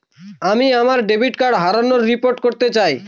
আমি আমার debit card হারানোর রিপোর্ট করতে চাই